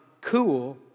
cool